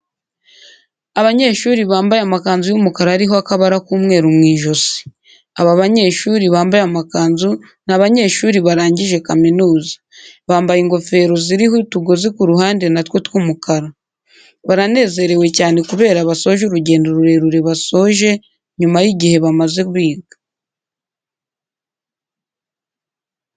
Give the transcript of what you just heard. Abanyeshuri bambaye amakanzu y'umukara ariho akabara k'umweru ku ijosi. Aba banyeshuri bambaye amakanzu ni abanyeshuri barangije kaminuza. Bambaye ingofero ziriho utugozi ku ruhande na two tw'umukara. Baranezerewe cyane kubera basoje urugendo rurerure basoje, nyuma y'igihe bamaze biga.